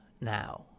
now